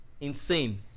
insane